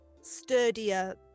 sturdier